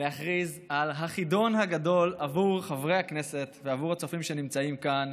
להכריז על החידון הגדול עבור חברי הכנסת ועבור הצופים שנמצאים כאן,